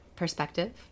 Perspective